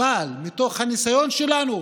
אבל מתוך הניסיון שלנו,